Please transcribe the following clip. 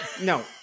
No